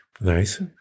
Nice